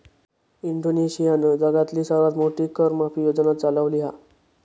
इंडोनेशियानं जगातली सर्वात मोठी कर माफी योजना चालवली हा